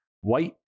White